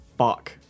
fuck